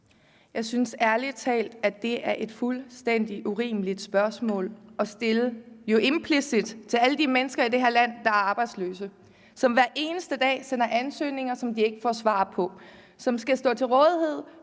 Jeg synes ærlig talt, at det er et fuldstændig urimeligt spørgsmål implicit at stille til alle de mennesker i det her land, der er arbejdsløse, som hver eneste dag sender ansøgninger, som de ikke får svar på, som skal stå til rådighed